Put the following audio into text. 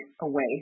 away